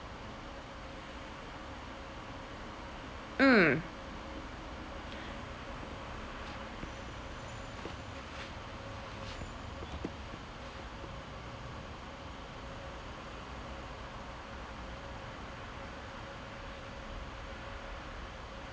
mm